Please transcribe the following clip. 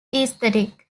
aesthetic